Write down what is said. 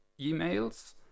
emails